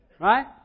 Right